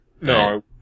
No